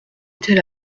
était